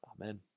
Amen